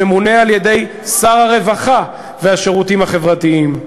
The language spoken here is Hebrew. ממונה על-ידי שר הרווחה והשירותים החברתיים,